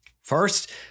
first